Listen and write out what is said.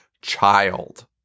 child